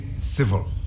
civil